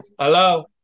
Hello